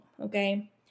okay